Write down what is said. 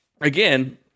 again